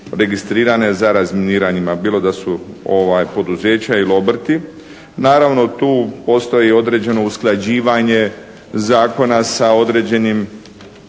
registrirane za razminiranjima, bilo da su poduzeća ili obrti. Naravno tu postoji i određeno usklađivanje zakona sa određenim